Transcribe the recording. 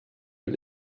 und